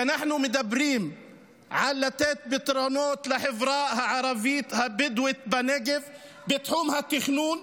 כשאנחנו מדברים על לתת פתרונות לחברה הערבית הבדואית בנגב בתחום התכנון,